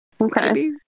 okay